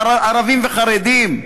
ערבים וחרדים,